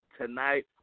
tonight